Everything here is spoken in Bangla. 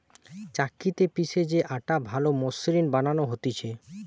চাক্কিতে পিষে যে আটা ভালো মসৃণ বানানো হতিছে